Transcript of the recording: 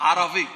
ערבי אחד?